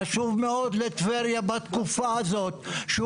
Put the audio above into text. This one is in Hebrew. חשוב מאוד לטבריה בתקופה הזאת שהוא